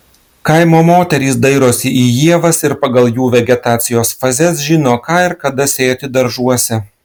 kaimo moterys dairosi į ievas ir pagal jų vegetacijos fazes žino ką ir kada sėti daržuose